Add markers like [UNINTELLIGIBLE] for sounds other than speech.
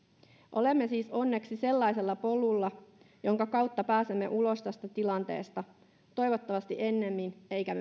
olemme siis onneksi sellaisella polulla jonka kautta pääsemme ulos tästä tilanteesta toivottavasti ennemmin emmekä [UNINTELLIGIBLE]